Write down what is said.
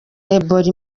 ebola